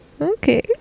Okay